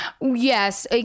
Yes